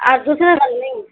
اور دوسرا والا نہیں ہے